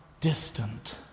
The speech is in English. distant